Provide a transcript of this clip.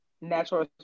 natural